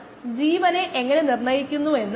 നമ്മൾ അത് എങ്ങനെ ചെയ്യും